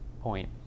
point